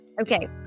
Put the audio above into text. okay